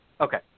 Okay